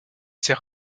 ses